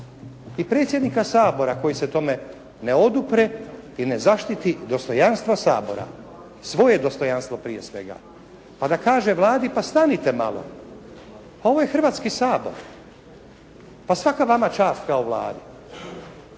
I predsjednika Sabora koji se tome ne odupre i ne zaštiti dostojanstvo Sabora, svoje dostojanstvo prije svega. Pa da kaže Vladi pa stanite malo, ovo je Hrvatski sabor. Pa svaka vama čast kao Vladi,